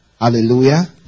hallelujah